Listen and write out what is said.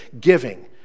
giving